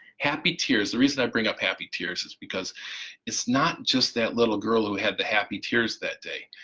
happy tears. the reason i bring up happy tears is because it's not just that little girl who had the happy tears that day,